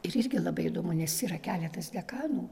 ir irgi labai įdomu nes yra keletas dekanų